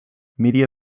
media